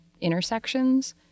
intersections